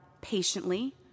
patiently